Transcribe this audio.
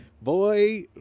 boy